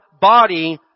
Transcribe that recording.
body